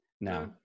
Now